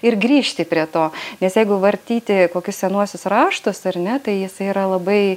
ir grįžti prie to nes jeigu vartyti kokius senuosius raštus ar ne tai jisai yra labai